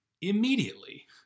immediately